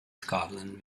scotland